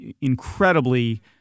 incredibly